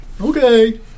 Okay